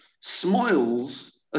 smiles